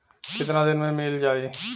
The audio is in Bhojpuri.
कितना दिन में मील जाई?